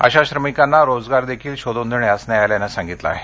अशा श्रमिकांना रोजगार देखील शोधून देण्यास न्यायालयानं सांगितलं आहे